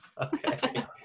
Okay